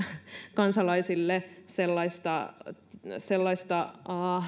kansalaisille sellaista sellaista